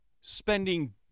spending